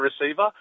receiver